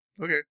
Okay